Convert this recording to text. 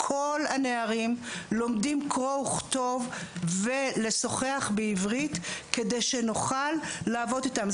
כל הנערים לומדים קרוא וכתוב ולשוחח בעברית כדי שנוכל לעבוד איתם.